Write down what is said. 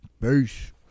Peace